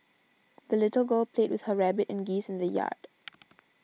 the little girl played with her rabbit and geese in the yard